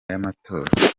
y’amatora